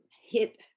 hit